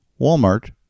Walmart